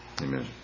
Amen